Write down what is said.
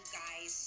guys